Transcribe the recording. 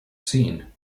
seen